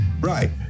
Right